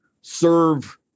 serve